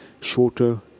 shorter